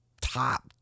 top